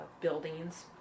buildings